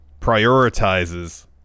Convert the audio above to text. prioritizes